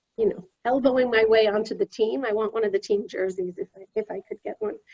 you know, elbowing my way onto the team. i want one of the team jerseys if if i could get one.